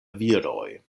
viroj